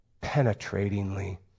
penetratingly